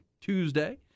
Tuesday